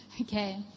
Okay